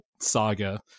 saga